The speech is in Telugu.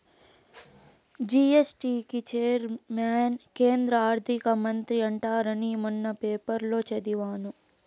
జీ.ఎస్.టీ కి చైర్మన్ కేంద్ర ఆర్థిక మంత్రి ఉంటారని మొన్న పేపర్లో చదివాను